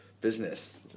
business